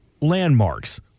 landmarks